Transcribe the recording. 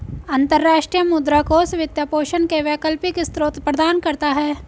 अंतर्राष्ट्रीय मुद्रा कोष वित्त पोषण के वैकल्पिक स्रोत प्रदान करता है